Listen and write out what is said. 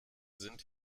sind